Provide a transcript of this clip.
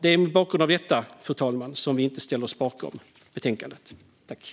Det är mot bakgrund av detta som vi inte ställer oss bakom utskottets förslag.